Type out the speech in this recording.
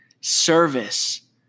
service